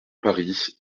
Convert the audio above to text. paris